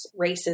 racism